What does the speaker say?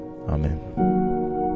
amen